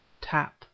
tap